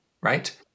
Right